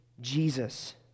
Jesus